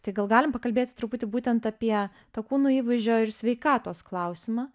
tai gal galim pakalbėti truputį būtent apie to kūno įvaizdžio ir sveikatos klausimą